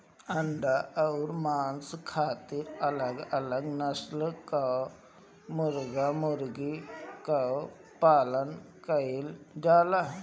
अंडा अउर मांस खातिर अलग अलग नसल कअ मुर्गा मुर्गी कअ पालन कइल जाला